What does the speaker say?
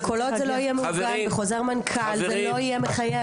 אבל כל עוד זה לא יהיה מעוגן בחוזר מנכ"ל זה לא יהיה מחייב.